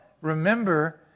remember